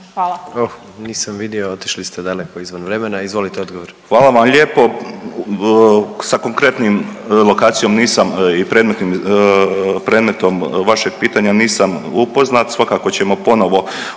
(HDZ)** Nisam vidio otišli ste daleko izvan vremena. Izvolite odgovor. **Šiljeg, Mario (HDZ)** Hvala vam lijepo. Sa konkretnim lokacijom nisam i predmetom vašeg pitanja nisam upoznat, svakako ćemo ponovo